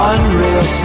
Unreal